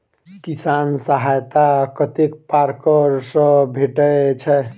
किसान सहायता कतेक पारकर सऽ भेटय छै?